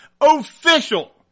OFFICIAL